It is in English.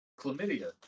chlamydia